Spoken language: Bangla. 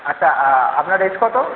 আচ্ছা আপনার এজ কত